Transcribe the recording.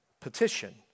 Petition